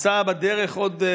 פצע בדרך, אני